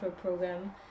program